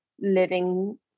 living